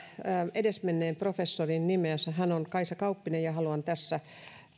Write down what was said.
edesmenneen professorin nimeä hän on kaisa kauppinen ja haluan tässä